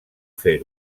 fer